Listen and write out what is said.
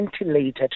ventilated